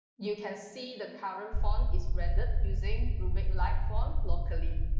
you can see the current font is rendered using rubik light font locally.